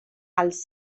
els